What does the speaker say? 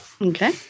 okay